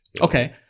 okay